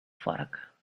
vork